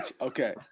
Okay